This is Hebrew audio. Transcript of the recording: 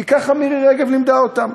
כי ככה מירי רגב לימדה אותם.